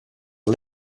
are